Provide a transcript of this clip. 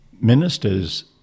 ministers